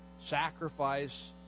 sacrifice